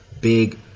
big